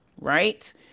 Right